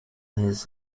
his